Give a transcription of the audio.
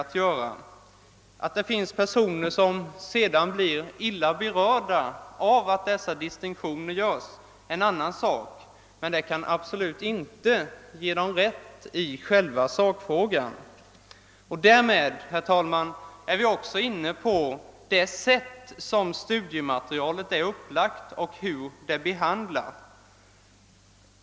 Det förhållandet att det finns personer som blir illa berörda av att dessa distinktioner görs är någonting annat, men detta kan absolut inte ge dem rätt i själva sakfrågan. Herr talman! Därmed är vi också inne på det sätt på vilket studiematerialet är upplagt och hur det behandlar frågeställningarna.